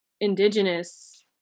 Indigenous